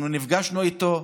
אנחנו נפגשנו איתו.